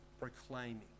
proclaiming